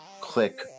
Click